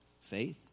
faith